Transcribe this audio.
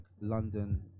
london